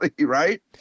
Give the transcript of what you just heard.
right